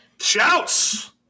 Shouts